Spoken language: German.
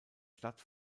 stadt